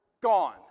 Gone